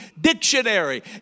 dictionary